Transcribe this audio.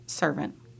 servant